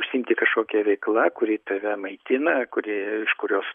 užsiimti kažkokia veikla kuri tave maitina kuri iš kurios